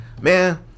Man